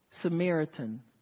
Samaritan